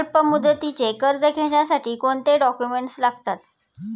अल्पमुदतीचे कर्ज घेण्यासाठी कोणते डॉक्युमेंट्स लागतात?